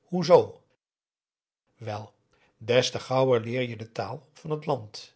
hoezoo wel des te gauwer leer je de taal van het land